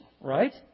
right